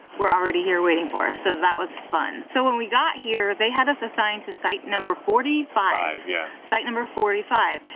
were already here waiting for us. so, that was fun. so, when we got here, they had us assigned to site number forty five. yeah site number forty five.